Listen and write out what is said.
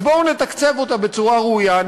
אז בואו נתקצב אותה בצורה ראויה,